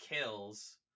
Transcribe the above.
kills